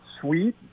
sweet